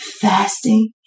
fasting